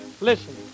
Listen